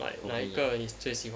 like 哪一个你最喜欢